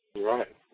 Right